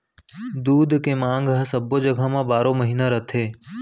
दूद के मांग हर सब्बो जघा म बारो महिना रथे